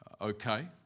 okay